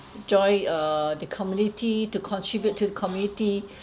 join uh the community to contribute to the community